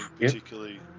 particularly